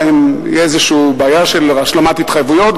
תהיה איזו בעיה של השלמת התחייבויות,